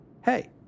hey